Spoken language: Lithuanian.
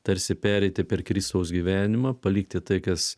tarsi pereiti per kristaus gyvenimą palikti tai kas